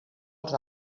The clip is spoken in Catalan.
els